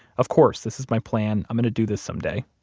of course. this is my plan. i'm going to do this someday.